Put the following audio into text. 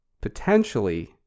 potentially